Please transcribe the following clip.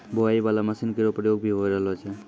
बोआई बाला मसीन केरो प्रयोग भी होय रहलो छै